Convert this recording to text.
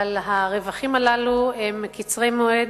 אבל הרווחים הללו הם קצרי מועד